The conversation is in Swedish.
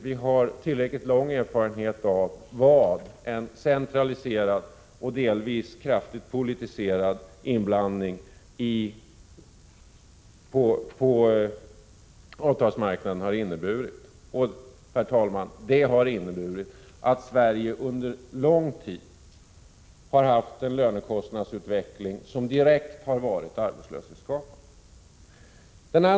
Vi har tillräckligt lång erfarenhet 5 av vad en centraliserad och delvis kraftigt politiserad inblandning i avtalsmarknaden har inneburit. Det har inneburit att Sverige under lång tid haft en lönekostnadsutveckling som direkt har varit arbetslöshetsskapande.